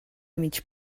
mig